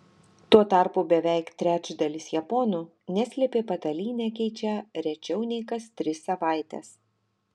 tuo tarpu beveik trečdalis japonų neslėpė patalynę keičią rečiau nei kas tris savaites